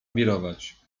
wirować